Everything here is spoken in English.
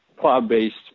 cloud-based